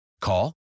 Call